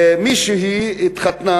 מישהו התחתנה.